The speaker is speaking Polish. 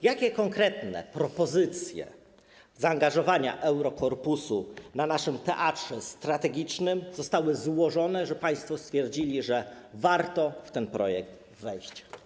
Jakie konkretne propozycje zaangażowania Eurokorpusu, jeśli chodzi o nasz teatr strategiczny, zostały złożone, że państwo stwierdzili, iż warto w ten projekt wejść?